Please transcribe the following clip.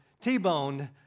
T-boned